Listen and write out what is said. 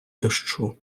дощу